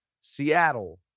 Seattle